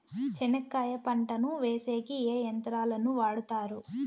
చెనక్కాయ పంటను వేసేకి ఏ యంత్రాలు ను వాడుతారు?